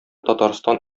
татарстан